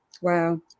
Wow